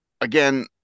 again